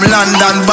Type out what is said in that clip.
London